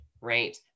right